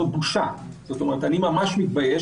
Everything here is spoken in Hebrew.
אני ממש מתבייש.